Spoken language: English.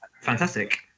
fantastic